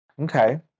Okay